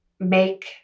make